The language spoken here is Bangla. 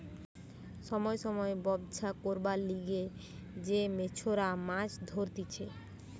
সময় সময় ব্যবছা করবার লিগে যে মেছোরা মাছ ধরতিছে